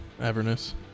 Avernus